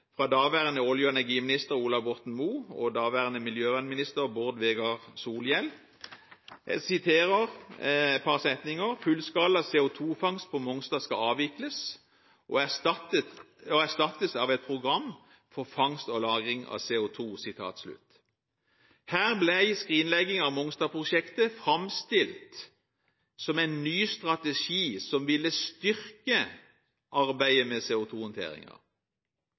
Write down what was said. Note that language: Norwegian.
fra daværende olje- og energiminister Ola Borten Moe og daværende miljøvernminister Bård Vegar Solhjell. Jeg siterer: «Fullskala CO2-fangst på Mongstad avvikles og erstattes av et program for fangst og lagring av CO2.» Her ble skrinleggingen av Mongstad-prosjektet framstilt som en ny strategi som ville styrke arbeidet med